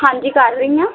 ਹਾਂਜੀ ਕਰ ਰਹੀ ਹਾਂ